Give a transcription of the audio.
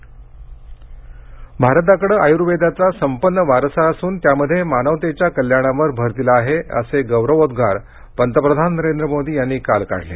मोदी आयर्वेद भारताकडे आयुर्वेदाचा संपन्न वारसा असून त्यामध्ये मानवतेच्या कल्याणावर भर दिला आहे असे गौरवोद्गार पंतप्रधान नरेंद्र मोदी यांनी काल काढले